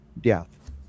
death